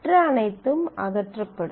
மற்ற அனைத்தும் அகற்றப்படும்